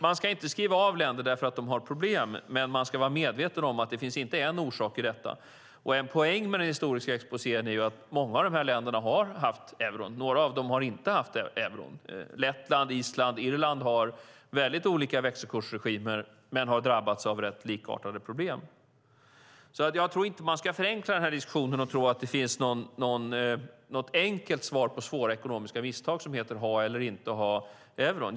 Man ska inte skriva av länder därför att de har problem, men man ska vara medveten om att det inte bara finns en orsak till problemen. En poäng med den historiska exposén är att många av de här länderna har haft euro, några har inte haft det. Lettland, Island, Irland har väldigt olika växelkursregimer men har drabbats av rätt likartade problem. Jag tror inte att man ska förenkla den här diskussionen till att tro att det finns något enkelt svar på svåra ekonomiska misstag som heter att ha eller inte ha euron.